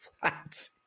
flat